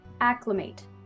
acclimate